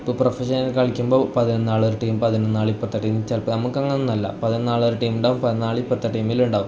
ഇപ്പം പ്രൊഫെഷൻ കളിക്കുമ്പോൾ പതിനൊന്ന് ആൾ ഒരു ടീം പതിനൊന്നാൾ ഇപ്പുറത്തെ ടീം ചിലപ്പോൾ നമുക്ക് അങ്ങനെ ഒന്നുമല്ല പതിനൊന്നാൾ ഒരു ടീം ഉണ്ടാവും പതിനൊന്നാൾ ഇപ്പുറത്തെ ടീമിലും ഉണ്ടാവും